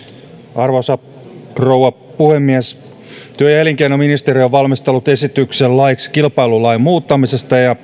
arvoisa rouva puhemies työ ja elinkeinoministeriö on valmistellut esityksen laiksi kilpailulain muuttamisesta ja